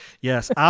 Yes